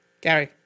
Gary